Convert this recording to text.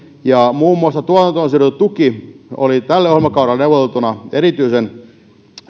muun muassa tuotantoon sidottu tuki oli tälle ohjelmakaudelle neuvoteltu erityisen